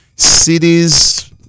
Cities